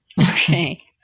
Okay